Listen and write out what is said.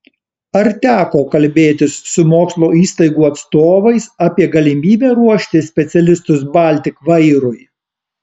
ar teko kalbėtis su mokslo įstaigų atstovais apie galimybę ruošti specialistus baltik vairui